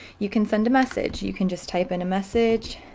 you can send a message. you can just type in a message